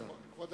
כבוד